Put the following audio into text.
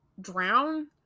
drown